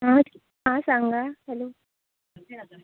आं आं सांगा हॅलो